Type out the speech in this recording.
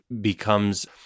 becomes